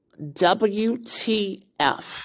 WTF